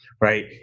right